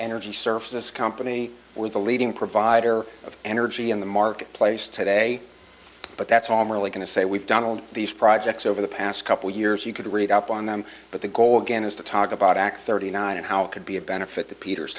energy service company with the leading provider of energy in the marketplace today but that's all really going to say we've done all these projects over the past couple years you could read up on them but the goal again is to talk about act thirty nine and how it could be a benefit to peter